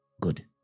Good